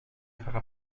fera